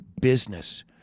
business